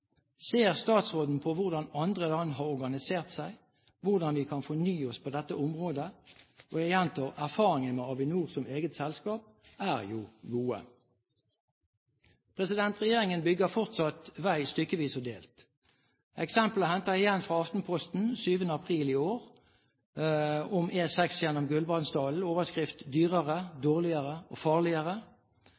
Ser statsråden på hvordan andre land har organisert seg? Ser man på hvordan vi kan fornye oss på dette området? Jeg gjentar: Erfaringene med Avinor som eget selskap er jo gode. Regjeringen bygger fortsatt vei stykkevis og delt. Eksempelet er igjen hentet fra Aftenposten den 7. april 2011 om E6 gjennom Gudbrandsdalen, med overskriften «Dyrere, dårligere og farligere».